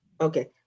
okay